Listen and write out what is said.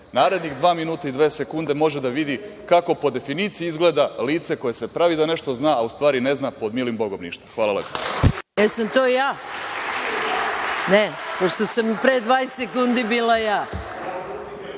narednih dva minuta i dve sekunde može da vidi kako po definiciji izgleda lice koje se pravi da nešto zna, a u stvari ne zna pod milim bogom ništa. Hvala lepo. **Maja Gojković** Jesam to ja? Ne, pošto sam pre 20 sekundi bila